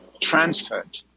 transferred